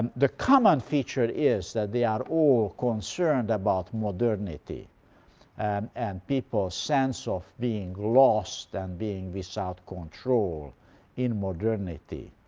the common feature is that they are all concerned about modernity and and people's sense of being lost and being without control in modernity.